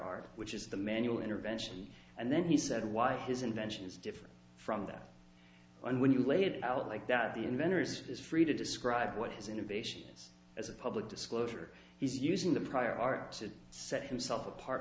art which is the manual intervention and then he said why his invention is different from that and when you laid it out like that the inventors is free to describe what his innovations as a public disclosure he's using the prior art to set himself apart